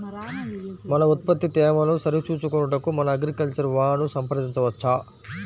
మన ఉత్పత్తి తేమను సరిచూచుకొనుటకు మన అగ్రికల్చర్ వా ను సంప్రదించవచ్చా?